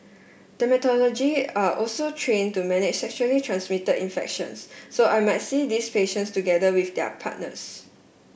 dermatologist are also trained to manage sexually transmitted infections so I might see these patients together with their partners